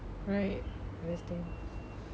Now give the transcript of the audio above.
right question